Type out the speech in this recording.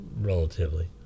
relatively